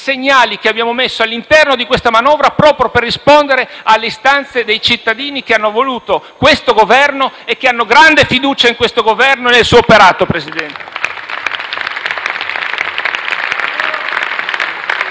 segnali, che abbiamo messo all'interno di questa manovra proprio per rispondere alle istanze dei cittadini che hanno voluto questo Governo e che hanno grande fiducia in questo Esecutivo e nel suo operato, signor Presidente.